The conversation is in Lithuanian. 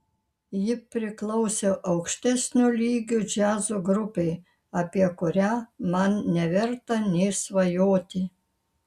ji priklausė aukštesnio lygio džiazo grupei apie kurią man neverta nė svajoti